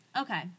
Okay